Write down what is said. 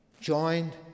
Joined